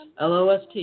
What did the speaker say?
lost